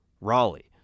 Raleigh